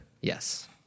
Yes